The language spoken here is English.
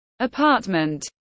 Apartment